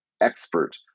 expert